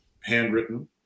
handwritten